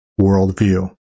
Worldview